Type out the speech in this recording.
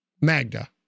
Magda